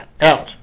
out